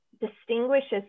distinguishes